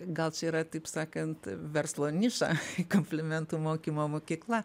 gal čia yra taip sakant verslo niša komplimentų mokymo mokykla